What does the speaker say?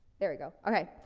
there we go. okay.